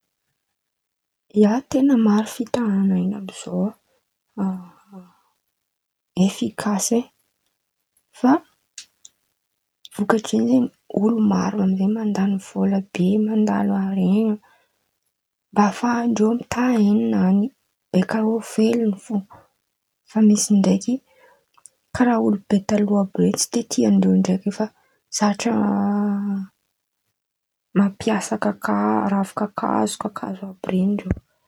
ia, ten̈a maro fitahan̈a hita amiziô e efikasy e! Fa vokatry zen̈y zen̈y olo maro amizay mandan̈y vôla be, mandan̈y haren̈a mba afahandreo mitaha ain̈any beka reo oela velon̈o fo. Fa misy ndraiky karàha olobe talôha be tsy dia tiandreo ndraiky fa zatra mampiasa kakazo ravikakazo kakazo àby ren̈y reo.